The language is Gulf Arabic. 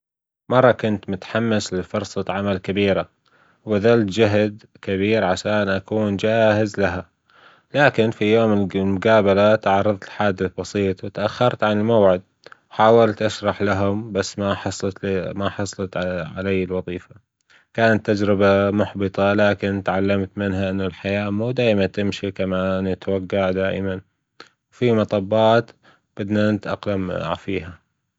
مرة كنت متحمس لفرصة عمل كبيرة وبذلت جهد كبير عشان أكون جاهز لها، لكن في يوم المجابلة تعرضت لحادث بسيط وإتأخرت عن الموعد، حاولت أشرح لهم بس ما حصلت ما حصلت علي الوظيفة، كانت تجربة محبطة لكن تعلمت منها إنه الحياة مو دايمة تمشي كمان نتوجع دائما وفي مطبات بدنا نتأقلم فيها.